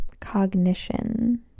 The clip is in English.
cognition